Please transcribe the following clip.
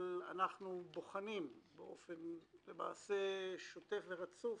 אבל אנחנו בוחנים באופן שוטף ורצוף